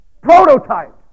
Prototype